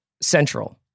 central